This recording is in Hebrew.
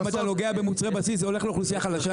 אם אתה נוגע במוצרי בסיס זה הולך לאוכלוסייה החלשה.